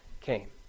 came